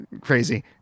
crazy